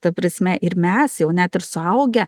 ta prasme ir mes jau net ir suaugę